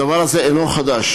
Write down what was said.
הדבר הזה אינו חדש,